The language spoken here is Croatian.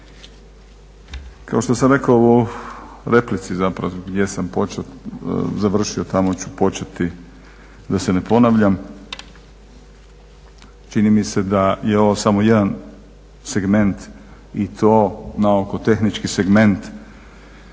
Kao što sam rekao u replici zapravo gdje sam završio tamo ću početi da se ne ponavljam. Čini mi se da je ovo samo jedan segment i to naoko tehnički segment